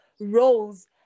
roles